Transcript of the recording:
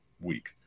week